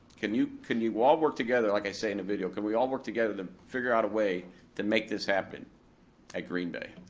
can you can you all work together, like i say in the video, can we all work together to figure out a way to make this happen at green bay?